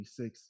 26